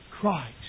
Christ